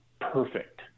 perfect